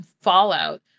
fallout